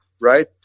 right